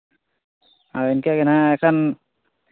ᱤᱱᱠᱟᱹᱜᱮ ᱦᱟᱸᱜ ᱮᱱᱠᱷᱟᱱ